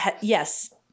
yes